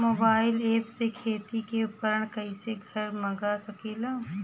Mobile ऐपसे खेती के उपकरण कइसे घर मगा सकीला?